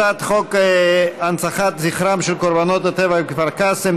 הצעת חוק הנצחת זכרם של קורבנות הטבח בכפר קאסם,